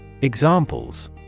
Examples